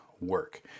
work